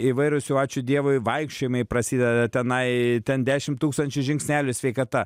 įvairūs jau ačiū dievui vaikščiojimai prasideda tenai ten dešim tūkstančių žingsnelių sveikata